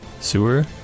sewer